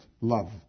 love